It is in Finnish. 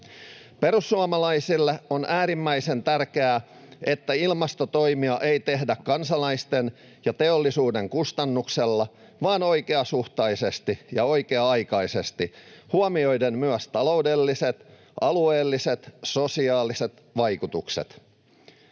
Perussuomalaisille on äärimmäisen tärkeää, että ilmastotoimia ei tehdä kansalaisten ja teollisuuden kustannuksella vaan oikeasuhtaisesti ja oikea-aikaisesti huomioiden myös taloudelliset, alueelliset ja sosiaaliset vaikutukset: